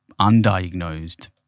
undiagnosed